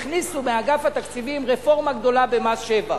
הכניסו מאגף התקציבים רפורמה גדולה במס שבח.